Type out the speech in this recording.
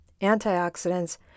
antioxidants